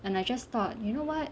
and I just thought you know [what]